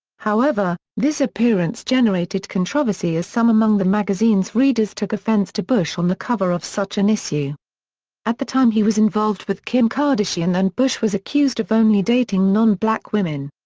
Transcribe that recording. however, this appearance generated controversy as some among the magazine's readers took offense to bush on the cover of such an issue at the time he was involved with kim kardashian and bush was accused of only dating non-black women.